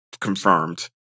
confirmed